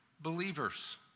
Believers